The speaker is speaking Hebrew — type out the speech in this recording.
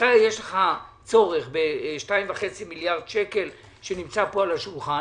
לך יש צורך ב-2.5 מיליארד שקל שנמצא על השולחן